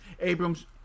abrams